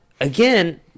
again